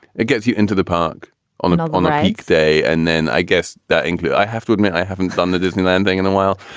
it gets you into the park on an all night day. and then i guess that inkley, i have to admit, i haven't done the disneyland thing in a while.